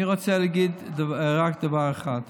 אני רוצה להגיד רק דבר אחד: